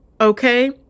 okay